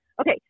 Okay